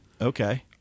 Okay